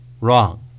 Wrong